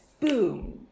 boom